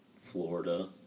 Florida